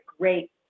great